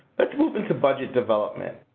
let's move into budget development.